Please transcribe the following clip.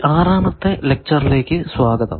ഈ ആറാമത്തെ ലെക്ച്ചറിലേക്കു സ്വാഗതം